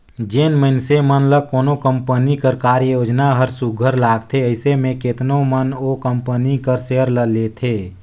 जेन मइनसे मन ल कोनो कंपनी कर कारयोजना हर सुग्घर लागथे अइसे में केतनो मन ओ कंपनी कर सेयर ल लेथे